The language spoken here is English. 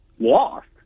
Lost